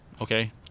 okay